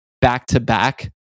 back-to-back